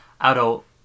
adult